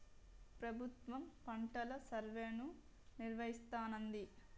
ప్రభుత్వం పంటల సర్వేను నిర్వహిస్తానంది